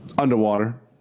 Underwater